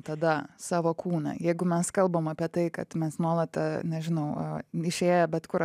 tada savo kūną jeigu mes kalbam apie tai kad mes nuolat nežinau viešėję bet kur